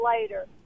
later